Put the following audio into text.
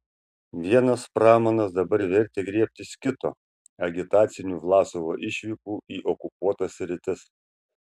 vienas pramanas dabar vertė griebtis kito agitacinių vlasovo išvykų į okupuotas sritis